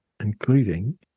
including